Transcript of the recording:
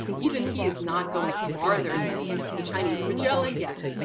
even he is not going farther than the chinese. magellan, yes.